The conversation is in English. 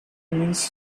means